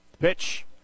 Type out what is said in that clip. Pitch